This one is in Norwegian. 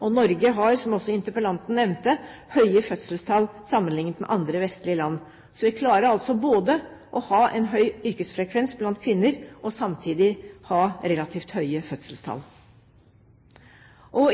Norge har, som interpellanten også nevnte, høye fødselstall sammenliknet med andre vestlige land. Vi klarer altså å ha både en høy yrkesfrekvens blant kvinner og samtidig relativt høye fødselstall.